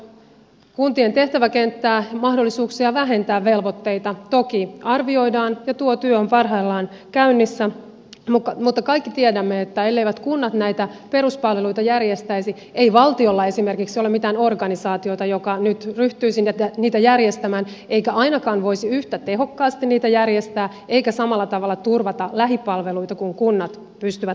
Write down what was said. kuntien tehtäväkenttää ja mahdollisuuksia vähentää velvoitteita toki arvioidaan ja tuo työ on parhaillaan käynnissä mutta kaikki tiedämme että elleivät kunnat näitä peruspalveluita järjestäisi ei valtiolla esimerkiksi ole mitään organisaatiota joka nyt ryhtyisi niitä järjestämään eikä ainakaan voisi yhtä tehokkaasti niitä järjestää eikä samalla tavalla turvata lähipalveluita kuin kunnat pystyvät ne turvaamaan